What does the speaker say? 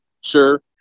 Sure